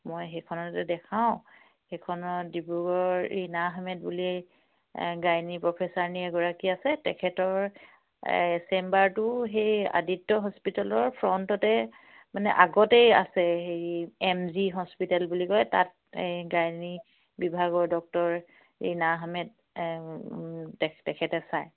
মই সেইখনতে দেখাওঁ সেইখনৰ ডিব্ৰুগড়ৰ ৰীণা আহমেদ বুলি গাইনী প্ৰফেচাৰণী এগৰাকী আছে তেখেতৰ এই চেম্বাৰটো সেই আদিত্য হস্পিটেলৰ ফ্ৰণ্টতে মানে আগতেই আছে হেৰি এম জি হস্পিটেল বুলি কয় তাত এই গাইনী বিভাগৰ ডক্তৰ ৰীণা আহমেদ তেখেতে চায়